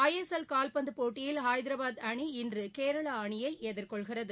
I S L கால்பந்து போட்டியில் ஹைதராபாத் அணி இன்று கேரளா அணியை எதிர்கொள்கிறது